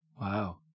Wow